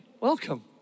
Welcome